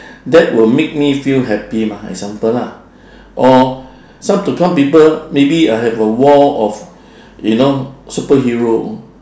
that will make me feel happy mah example lah or some to some people maybe uh have a wall of you know superhero